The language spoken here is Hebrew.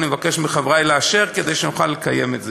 אני מבקש מחברי לאשר כדי שנוכל לקיים את זה.